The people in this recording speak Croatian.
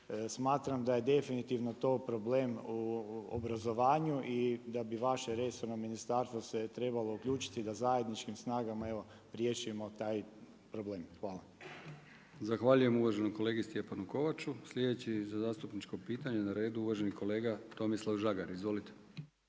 Smatram da je definitivno to problem u obrazovanju i da bi vaše resorno ministarstvo se trebalo uključiti da zajedničkim snagama evo riješimo taj problem. Hvala. **Brkić, Milijan (HDZ)** Zahvaljujem uvaženom kolegi Stjepanu Kovaču. Sljedeći za zastupničko pitanje na redu uvaženi kolega Tomislav Žagar. Izvolite.